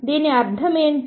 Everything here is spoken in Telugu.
దీని అర్థం ఏమిటి